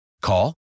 Call